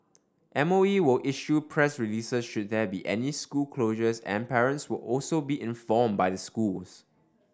M O E will issue press releases should there be any school closures and parents will also be informed by the schools